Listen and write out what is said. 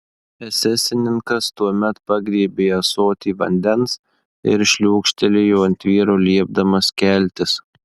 esesininkas tuomet pagriebė ąsotį vandens ir šliūkštelėjo ant vyro liepdamas keltis